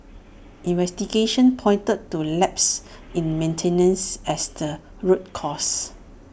investigations pointed to lapses in maintenance as the root cause